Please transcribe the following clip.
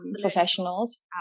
professionals